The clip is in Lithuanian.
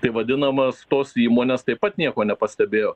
tai vadinamas tos įmonės taip pat nieko nepastebėjo